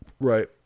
Right